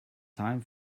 time